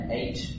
eight